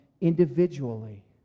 individually